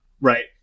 right